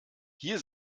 hier